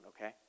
okay